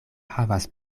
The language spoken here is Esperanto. havas